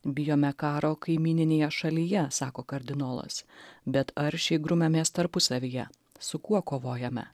bijome karo kaimyninėje šalyje sako kardinolas bet aršiai grumiamės tarpusavyje su kuo kovojame